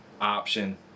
option